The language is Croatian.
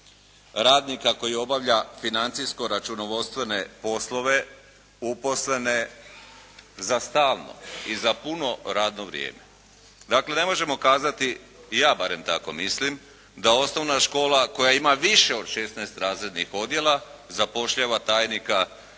radnika koji obavlja financijsko-računovodstvene poslove uposlene za stalno i za puno radno vrijeme. Dakle, ne možemo kazati, ja barem tako mislim, da osnovna škola koja ima više od 16 razrednih odjela zapošljava tajnika i